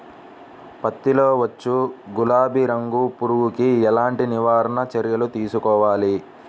పత్తిలో వచ్చు గులాబీ రంగు పురుగుకి ఎలాంటి నివారణ చర్యలు తీసుకోవాలి?